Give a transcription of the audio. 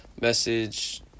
message